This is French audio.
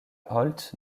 holt